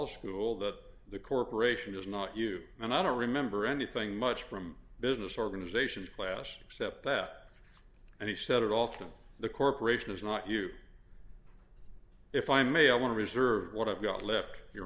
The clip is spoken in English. school that the corporation is not you and i don't remember anything much from business organizations class except that and he said it all through the corporation is not you if i may i want to reserve what i've got left your